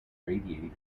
radiator